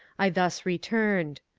i thus returned.